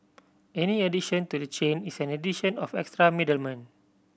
any addition to the chain is an addition of an extra middleman